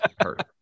hurt